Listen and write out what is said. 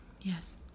yes